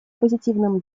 позитивном